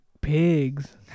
pigs